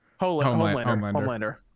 Homelander